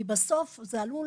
כי בסוף זה עלול,